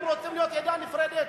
הם רוצים להיות עדה נפרדת?